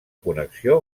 connexió